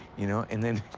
you know? and then